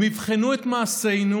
הם יבחנו את מעשינו,